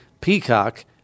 Peacock